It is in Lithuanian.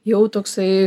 jau toksai